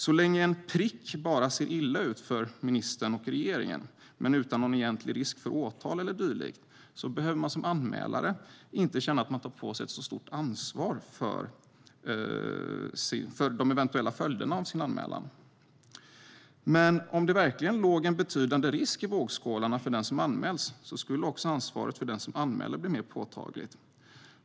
Så länge en prick bara ser illa ut för ministern och regeringen, utan någon egentlig risk för åtal eller dylikt, behöver man som anmälare inte känna att man tar på sig ett så stort ansvar för de eventuella följderna av sin anmälan. Men om det verkligen låg en betydande risk i vågskålarna för den som anmäls skulle också ansvaret för den som anmäler bli mer påtagligt.